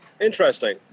Interesting